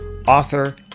author